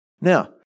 Now